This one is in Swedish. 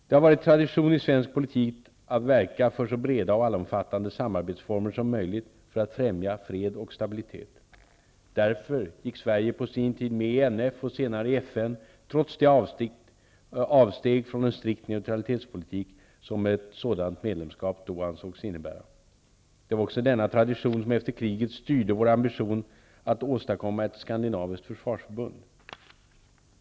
Det har varit tradition i svensk politik att verka för så breda och allomfattande samarbetsformer som möjligt för att främja fred och stabilitet. Därför gick Sverige på sin tid med i NF och senare i FN, trots det avsteg från en strikt neutralitetspolitik som ett sådant medlemskap då ansågs innebära. Det var också denna tradition som efter kriget styrde vår ambition att åstadkomma ett skandinaviskt försvarsförbund.